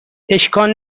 اشکال